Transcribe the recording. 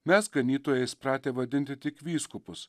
mes ganytojais pratę vadinti tik vyskupus